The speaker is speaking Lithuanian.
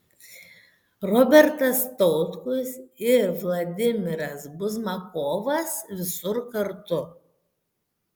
robertas tautkus ir vladimiras buzmakovas visur kartu